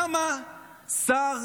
למה שר,